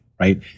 right